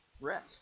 Rest